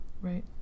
Right